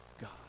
God